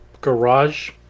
garage